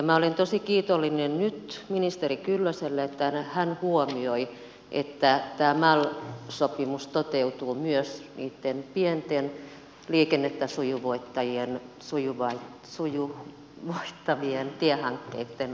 minä olen tosi kiitollinen nyt ministeri kyllöselle siitä että hän huomioi että tämä mal sopimus toteutuu myös niitten pienten liikennettä sujuvoittavien tiehankkeitten osalta